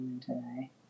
today